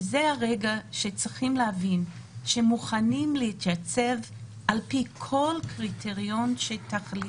זה הרגע שצריך להבין שהם מוכנים להתייצב על פי כל קריטריון שתחליטו,